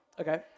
Okay